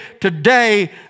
today